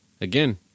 Again